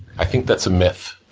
i think that's a myth,